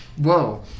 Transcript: Whoa